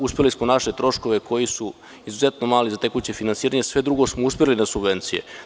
Uspeli smo naše troškove, koji su izuzetno mali za tekuće finansiranje, sve drugo smo uspeli na subvencije.